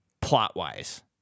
plot-wise